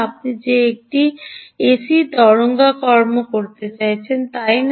আপনি যে এটি একটি এসি তরঙ্গাকর্ম আছে তাই না